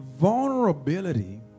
Vulnerability